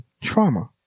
trauma